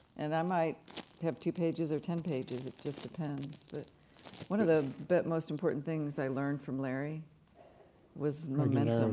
and i might have two pages or ten pages, just depends. one of the most important things i learned from larry was momentum.